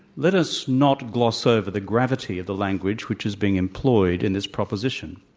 let us not gloss over the gravity of the language which is being employed in this proposition.